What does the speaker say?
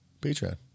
Patreon